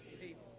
people